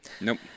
Nope